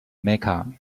mecca